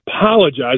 apologize